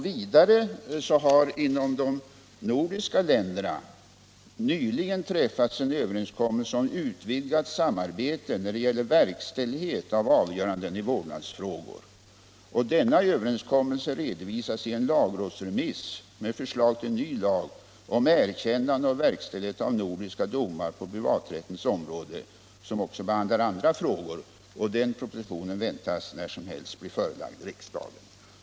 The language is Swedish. Vidare har mellan de nordiska länderna nyligen träffats en överenskommelse om utvidgat samarbete när det gäller verkställighet och avgöranden i vårdnadsfrågor. Denna överenskommelse redovisas i en lagrådsremiss med förslag till ny lag om erkännande och verkställighet av nordiska domar på privaträttens område, vilken också behandlar andra frågor. Den propositionen väntas när som helst bli förelagd riksdagen.